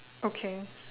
okay